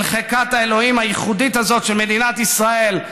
אל חלקת האלוהים הייחודית הזאת של מדינת ישראל,